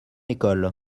école